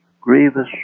grievous